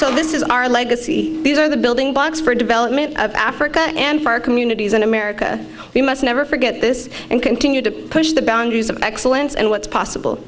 so this is our legacy these are the building blocks for development of africa and for our communities in america we must never forget this and continue to push the boundaries of excellence and what's possible